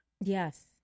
Yes